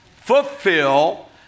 fulfill